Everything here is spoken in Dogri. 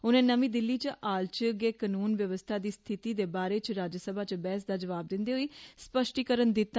उनें नर्मी दिल्ली च हाल च गै कनून व्यवस्था दी स्थिति दे बारे च राज्यसभा च बहस दा जवाब दिन्दे होई स्पष्टीकरण दिता